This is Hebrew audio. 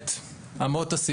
הסף.